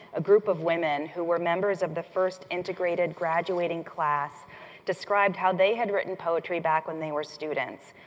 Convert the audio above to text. a group of women who were members of the first integrated graduating class described how they had written poetry back when they were students,